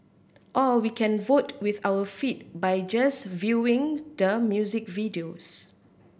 or we can vote with our feet by just viewing the music videos